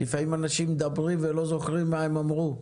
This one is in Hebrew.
לפעמים אנשים מדברים ולא זוכרים מה הם אמרו.